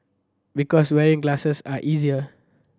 because wearing glasses are easier